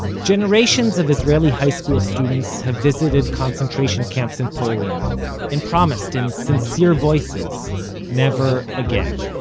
generations of israeli high-school students have visited concentration camps in poland and promised in sincere voices never again.